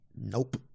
Nope